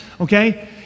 Okay